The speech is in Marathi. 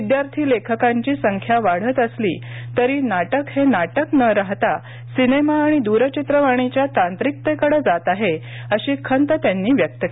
विद्यार्थी लेखकांची संख्या वाढत असली तरी नाटक हे नाटक न राहता सिनेमा आणि द्ररचित्रवाणीच्या तांत्रिकतेकडे जात आहे अशी खंत त्यांनी व्यक्त केली